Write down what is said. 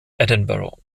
edinburgh